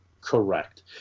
Correct